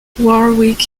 warwick